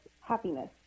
happiness